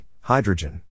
Hydrogen